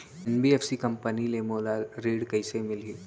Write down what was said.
NBFC company ले मोला ऋण कइसे मिलही?